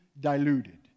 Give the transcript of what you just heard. diluted